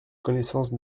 connaissances